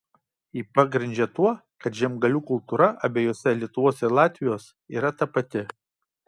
jį pagrindžia tuo kad žemgalių kultūra abiejose lietuvos ir latvijos yra tapati